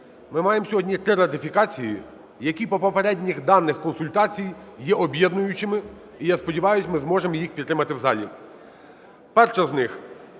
ми маємо сьогодні три ратифікації, які по попередніх даних консультацій є об'єднуючими і, я сподіваюсь, ми зможемо їх підтримати в залі. Перша з них -